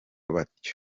batyo